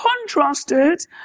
contrasted